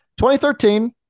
2013